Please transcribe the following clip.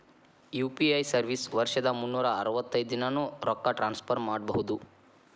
UPI service ವರ್ಷದ್ ಮುನ್ನೂರ್ ಅರವತ್ತೈದ ದಿನಾನೂ ರೊಕ್ಕ ಟ್ರಾನ್ಸ್ಫರ್ ಮಾಡ್ಬಹುದು